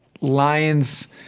Lions